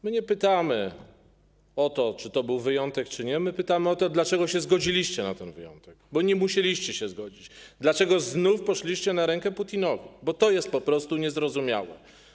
My nie pytamy o to, czy to był wyjątek, czy nie, my pytamy o to, dlaczego zgodziliście się na ten wyjątek, bo nie musieliście się zgodzić, dlaczego znów poszliście na rękę Putinowi, bo to jest po prostu niezrozumiałe.